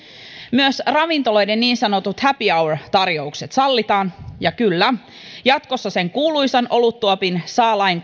myös ravintoloiden niin sanotut happy hour tarjoukset sallitaan ja kyllä jatkossa sen kuuluisan oluttuopin saa lain